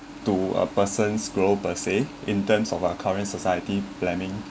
to a person scroll per se in terms of our current society planning